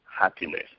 happiness